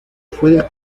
fue